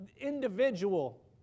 individual